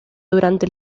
durante